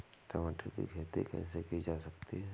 टमाटर की खेती कैसे की जा सकती है?